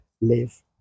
live